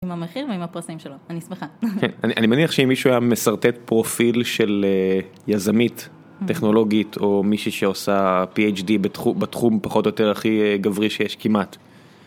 עם המחיר ועם הפרסמים שלו, אני שמחה. אני מניח שאם מישהו היה מסרטט פרופיל של יזמית טכנולוגית או מישהי שעושה PHD בתחום פחות או יותר הכי גברי שיש כמעט.